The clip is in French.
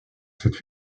cette